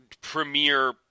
premier